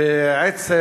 בעצם